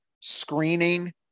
screening